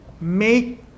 Make